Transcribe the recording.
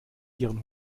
ihren